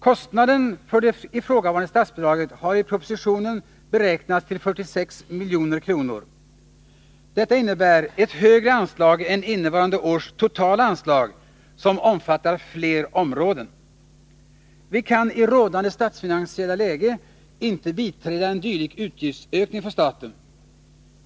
Kostnaden för det ifrågavarande statsbidraget har i propositionen beräknats till 46 milj.kr. Detta innebär ett högre anslag än innevarande års totala anslag, som omfattar fler områden. Vi kan i rådande statsfinansiella läge inte biträda en dylik utgiftsökning för staten.